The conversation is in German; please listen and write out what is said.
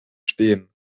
stehen